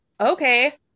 okay